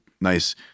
nice